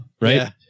right